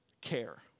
care